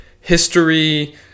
history